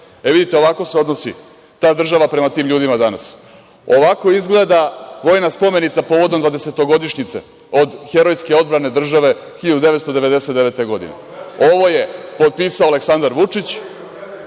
vidite, ovako se odnosi ta država prema tim ljudima danas. Ovako izgleda vojna spomenica povodom dvadesetogodišnjice od herojske odbrane države 1999. godine. Ovo je potpisao Aleksandar Vučić,